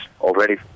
already